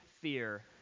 fear